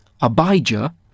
Abijah